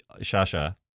Shasha